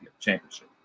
Championship